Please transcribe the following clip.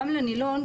גם לנילון,